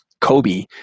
Kobe